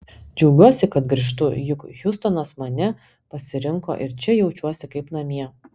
džiaugiuosi kad grįžtu juk hjustonas mane pasirinko ir čia jaučiuosi kaip namie